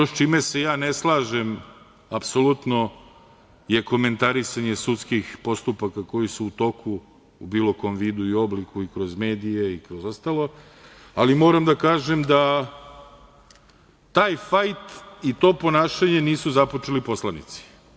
Ono sa čime se ne slažem apsolutno je komentarisanje sudskih postupaka koji su u toku u bilo kom vidu i obliku, kroz medije i ostalo, ali moram da kažem da taj fajt i to ponašanje nisu započeli poslanici.